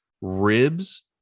Ribs